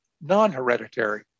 non-hereditary